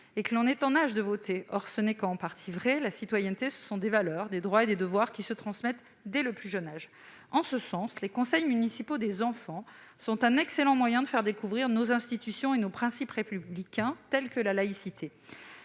et que l'on est en âge de voter. Or ce n'est vrai qu'en partie. La citoyenneté, ce sont des valeurs, des droits et des devoirs qui se transmettent dès le plus jeune âge. En ce sens, les conseils municipaux des enfants sont un excellent moyen de faire découvrir nos institutions et nos principes républicains tels que la laïcité.